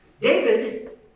David